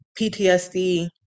PTSD